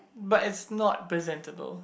but it's not presentable